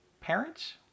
parents